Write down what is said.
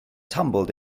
tumbled